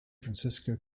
francisco